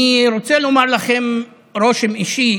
אני רוצה לומר לכם רושם אישי